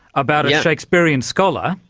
about a shakespearean scholar,